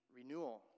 renewal